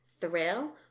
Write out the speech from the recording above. Thrill